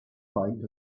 find